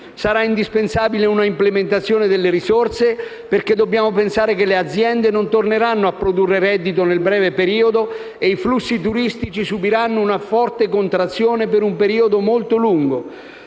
Sarà indispensabile una implementazione delle risorse, perché dobbiamo pensare che le aziende non torneranno a produrre reddito nel breve periodo e i flussi turistici subiranno una forte contrazione per un periodo molto lungo.